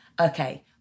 Okay